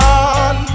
on